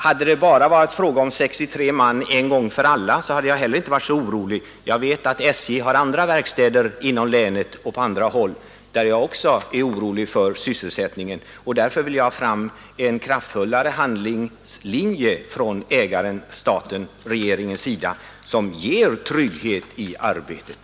Hade det bara varit fråga om 63 man en gång för alla, hade jag heller inte varit så orolig. Jag vet att SJ har andra verkstäder inom länet och på andra håll, där jag också är orolig för sysselsättningen. Därför vill jag ha fram en kraftfullare handlingslinje från ägarens, staten-regeringens sida, som ger trygghet i arbetet.